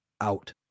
Out